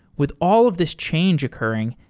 with all of this change occurring,